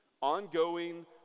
ongoing